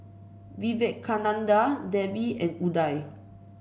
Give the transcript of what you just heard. Vivekananda Devi and Udai